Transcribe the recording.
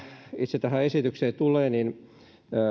itse tähän esitykseen tulee niin kaikki